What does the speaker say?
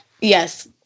Yes